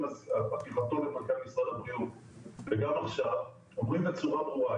עזיבתו את מנכ"ל משרד הבריאות וגם עכשיו אומרים בצורה ברורה,